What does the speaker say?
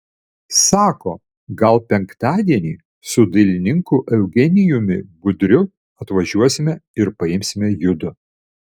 sako gal penktadienį su dailininku eugenijumi budriu atvažiuosime ir paimsime judu